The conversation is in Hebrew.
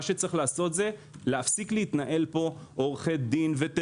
צריך להפסיק להתנהל פה עם עורכי דין, וטרינרים,